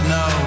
no